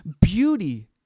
beauty